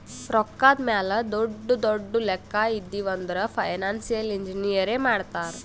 ರೊಕ್ಕಾದ್ ಮ್ಯಾಲ ದೊಡ್ಡು ದೊಡ್ಡು ಲೆಕ್ಕಾ ಇದ್ದಿವ್ ಅಂದುರ್ ಫೈನಾನ್ಸಿಯಲ್ ಇಂಜಿನಿಯರೇ ಮಾಡ್ತಾರ್